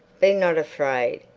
be not afraid,